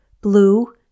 blue